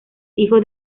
hijo